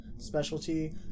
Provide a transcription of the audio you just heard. Specialty